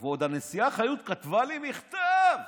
ועוד הנשיאה חיות כתבה לי מכתב.